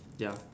ya